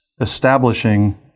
establishing